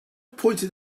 pointed